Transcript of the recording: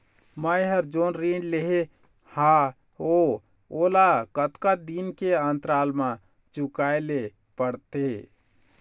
मैं हर जोन ऋण लेहे हाओ ओला कतका दिन के अंतराल मा चुकाए ले पड़ते?